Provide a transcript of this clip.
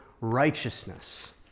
righteousness